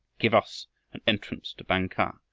give us an entrance to bang-kah,